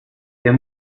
der